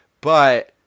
But-